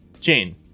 Jane